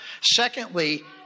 Secondly